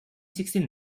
sixty